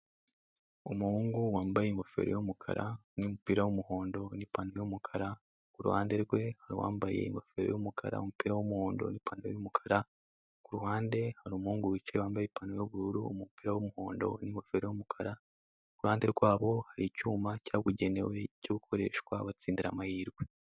Umuhungu wambaye ingofero y'umukara n'umupira w'umuhondo n'ipantaro y'umukara, ku ruhande rwe hari uwambaye ingofero y'umukara n'umupira w'umuhondo n'ipantaro y'ukukara, ku ruhande hari umuhungu wicaye, wambaye ipantaro y'ubururu, umupira w'umuhondo, n'ingofero y'umukara, ku ruhande rwabo hari icyuma cyabugenewe cyo gukoreshwa batsindira amahirwe.